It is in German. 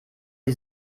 die